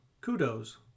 kudos